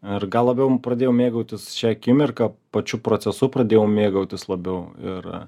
ar gal labiau pradėjau mėgautis šia akimirka pačiu procesu pradėjau mėgautis labiau ir